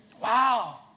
Wow